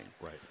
right